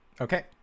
Okay